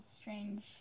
strange